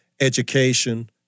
education